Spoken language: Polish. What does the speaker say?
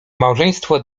małżeństwo